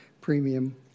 premium